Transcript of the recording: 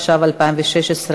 התשע"ו 2016,